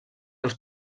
als